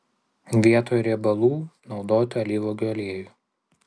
vietoj riebalų naudoti alyvuogių aliejų